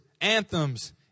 anthems